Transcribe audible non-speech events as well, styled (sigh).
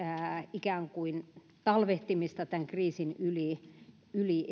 ikään kuin talvehtimista tämän kriisin yli yli (unintelligible)